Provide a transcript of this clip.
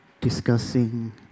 discussing